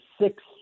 six